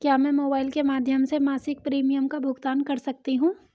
क्या मैं मोबाइल के माध्यम से मासिक प्रिमियम का भुगतान कर सकती हूँ?